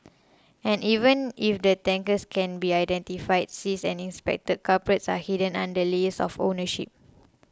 and even if the tankers can be identified seized and inspected culprits are hidden under layers of ownership